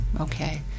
Okay